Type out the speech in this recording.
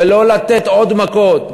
ולא לתת עוד מכות.